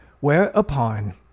Whereupon